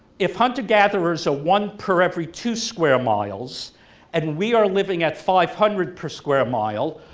if hunter-gatherers are one per every two square miles and we are living at five hundred per square mile,